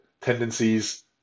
tendencies